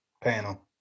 panel